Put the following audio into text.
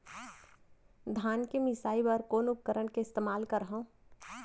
धान के मिसाई बर कोन उपकरण के इस्तेमाल करहव?